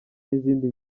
n’izindi